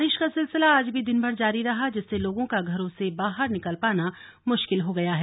बारिश का सिलसिला आज भी दिनभर जारी रहा जिससे लोगों का घरों से बाहर निकल पाना मुश्किल हो गया है